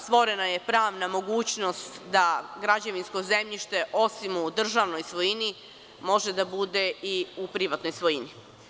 Stvorena je pravna mogućnost da građevinsko zemljište, osim u državnoj svojini, može da bude i u privatnoj svojini.